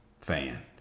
fan